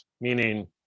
meaning